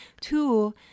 Two